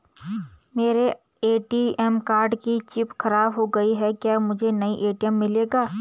मेरे ATM card की chip खराब हो गयी है क्या मुझे नया ए.टी.एम मिलेगा?